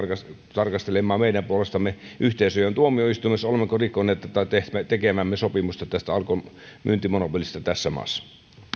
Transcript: tarkastelemaan meidän puolestamme yhteisöjen tuomioistuimessa olemmeko rikkoneet tätä tekemäämme sopimusta tästä alkon myyntimonopolista tässä maassa